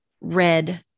red